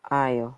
!aiyo!